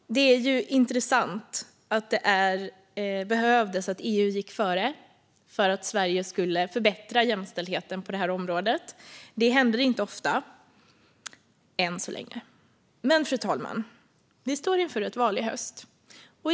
Det är intressant att det behövdes att EU gick före för att Sverige skulle förbättra jämställdheten på det här området. Det händer inte ofta, än så länge. Men vi står inför ett val i höst.